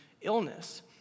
illness